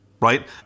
right